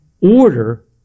order